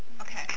Okay